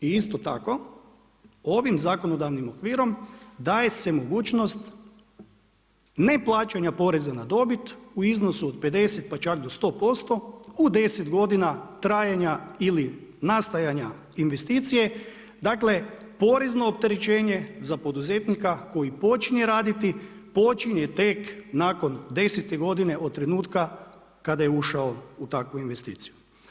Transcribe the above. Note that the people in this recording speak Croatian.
I isto tako ovim zakonodavnim okvirom daje se mogućost ne plaćanja poreza na dobit u iznosu od 50 pa čak do 100%, u 10 godina trajanja ili nastajanja investicije, dakle porezno opterećenje za poduzetnika koji počinje radi, počinje tek nakon 10-te godine od trenutka kada je ušao u takvu investiciju.